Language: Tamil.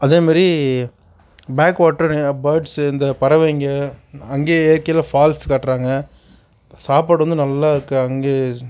அதே மாதிரி பேக் வாட்ரு பார்ட்ஸு இந்த பறவைங்கள் அங்கேயே கீழே ஃபாரஸ்ட்டு காட்டுகிறாங்க சாப்பாடு வந்து நல்ல அங்கேயே